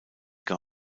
lion